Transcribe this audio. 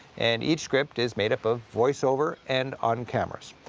and each script is made up of voice-over and on-cameras.